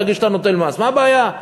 תגיד שאתה נותן מס, מה הבעיה?